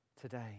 today